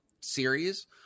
series